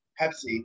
Pepsi